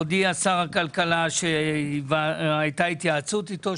הודיע שר הכלכלה שהייתה התייעצות איתו,